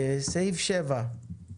2. הצבעה ההסתייגות לא התקבלה.